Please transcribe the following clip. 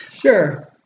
Sure